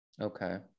Okay